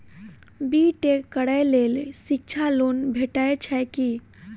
B tech करै लेल शिक्षा लोन भेटय छै की?